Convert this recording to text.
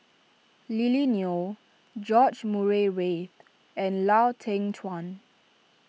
Lily Neo George Murray Reith and Lau Teng Chuan